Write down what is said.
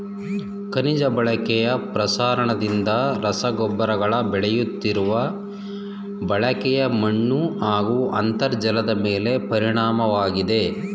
ಖನಿಜ ಬಳಕೆಯ ಪ್ರಸರಣದಿಂದ ರಸಗೊಬ್ಬರಗಳ ಬೆಳೆಯುತ್ತಿರುವ ಬಳಕೆ ಮಣ್ಣುಹಾಗೂ ಅಂತರ್ಜಲದಮೇಲೆ ಪರಿಣಾಮವಾಗಿದೆ